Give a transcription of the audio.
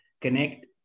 connect